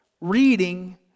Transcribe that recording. reading